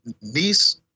niece